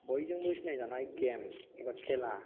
बयजोंबो सिनायजानाय गेम एबा खेला